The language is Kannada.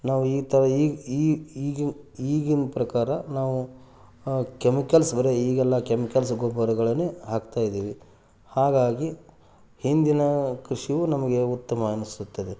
ನಾವು ಈ ಥರ ಈ ಈ ಈಗಿನ ಈಗಿನ ಪ್ರಕಾರ ನಾವು ಕೆಮಿಕಲ್ಸ್ ಬರೀ ಈಗೆಲ್ಲ ಕೆಮಿಕಲ್ಸ್ ಗೊಬ್ಬರಗಳನ್ನೇ ಹಾಕ್ತಾಯಿದ್ದೀವಿ ಹಾಗಾಗಿ ಹಿಂದಿನ ಕೃಷಿಯು ನಮಗೆ ಉತ್ತಮ ಅನಿಸುತ್ತದೆ